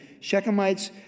Shechemites